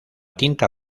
tinta